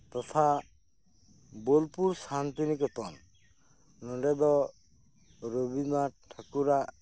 ᱛᱚᱛᱷᱟ ᱵᱳᱞᱯᱩᱨ ᱥᱟᱱᱛᱤᱱᱤᱠᱮᱛᱚᱱ ᱱᱚᱸᱰᱮ ᱫᱚ ᱨᱚᱵᱤᱱᱫᱨᱚᱱᱟᱛᱷ ᱴᱷᱟᱠᱩᱨᱟᱜ